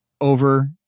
over